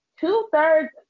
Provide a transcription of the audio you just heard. two-thirds